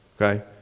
Okay